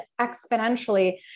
exponentially